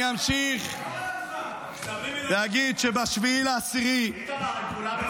אני אמשיך להגיד שב-7 באוקטובר ------ סבלימינל